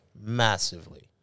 Massively